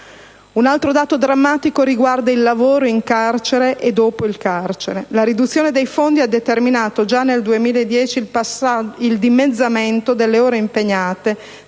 Un altro dato drammatico riguarda il lavoro in carcere e dopo il carcere. La riduzione dei fondi ha determinato già nel 2010 il dimezzamento delle ore impegnate